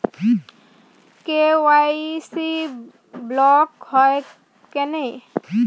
KYC block হয় কেনে?